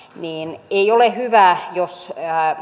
ja ei ole hyvä